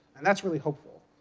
and that's really hopeful.